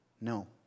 No